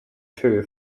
two